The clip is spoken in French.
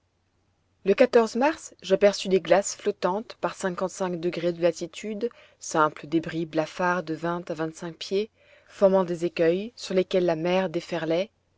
le mars j'aperçus des glaces flottantes par de latitude simples débris blafards de vingt à vingt-cinq pieds formant des écueils sur lesquels la mer déferlait